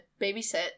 babysit